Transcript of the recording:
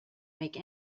make